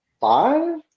five